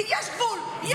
יש גבול, יש גבול.